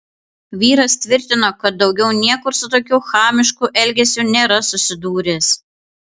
vyras tvirtino kad daugiau niekur su tokiu chamišku elgesiu nėra susidūręs